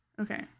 okay